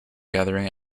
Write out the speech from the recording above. gathering